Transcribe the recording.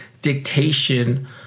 dictation